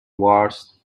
wars